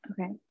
Okay